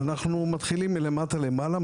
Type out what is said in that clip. אנחנו מתחילים מלמטה למעלה,